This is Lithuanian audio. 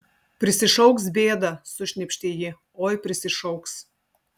prisišauks bėdą sušnypštė ji oi prisišauks